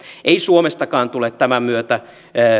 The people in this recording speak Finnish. ei suomestakaan tule tämän myötä